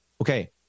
okay